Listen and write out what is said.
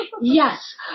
Yes